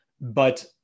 but-